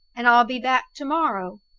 and i'll be back to-morrow,